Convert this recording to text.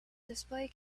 display